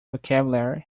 vocabulary